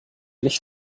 nicht